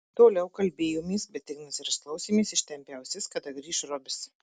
toliau kalbėjomės bet ignas ir aš klausėmės ištempę ausis kada grįš robis